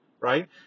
right